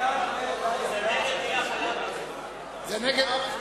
הודעת הממשלה על רצונה להחיל דין רציפות על הצעת חוק משק החלב,